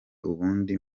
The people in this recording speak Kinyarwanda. ubundi